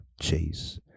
Chase